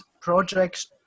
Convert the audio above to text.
projects